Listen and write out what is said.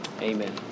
amen